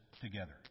together